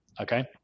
Okay